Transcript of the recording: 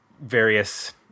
various